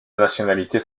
nationalité